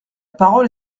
parole